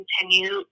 continue